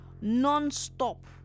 Non-stop